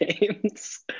games